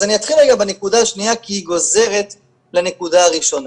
אז אני אתחיל רגע בנקודה השנייה כי היא גוזרת לנקודה הראשונה.